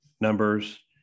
numbers